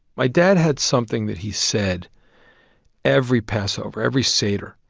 my dad had something that he said every passover, every seder.